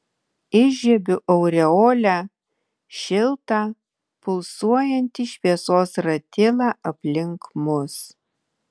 įžiebiu aureolę šiltą pulsuojantį šviesos ratilą aplink mus